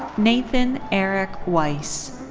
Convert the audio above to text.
nathan eric weiss.